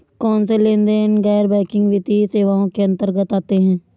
कौनसे लेनदेन गैर बैंकिंग वित्तीय सेवाओं के अंतर्गत आते हैं?